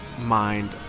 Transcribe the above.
mind